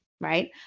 Right